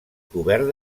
cobert